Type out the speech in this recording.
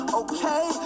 okay